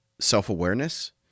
self-awareness